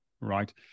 Right